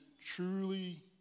truly